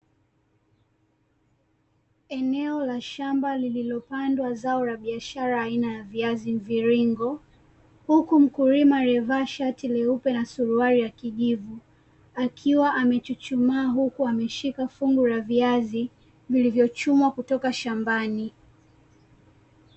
Eneo la shamba lililopandwa zao la biashara aina ya viazi mviringo, huku mkulima alievaa shati leupe na suruali ya kijivu, akiwa amechuchumaa huku ameshika fungu la viazi, vilivyochumwa kutoka shambani.